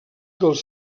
dels